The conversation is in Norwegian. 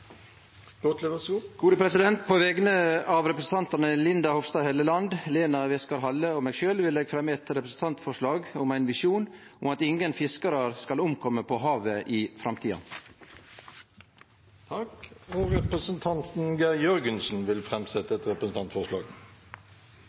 På vegner av representantane Linda Hofstad Helleland, Lene Westgaard-Halle og meg sjølv vil eg fremje eit representantforslag om ein visjon om at ingen fiskarar skal omkome på havet i framtida. Representanten Geir Jørgensen vil framsette et representantforslag. På vegne av representanten Marie Sneve Martinussen og meg selv vil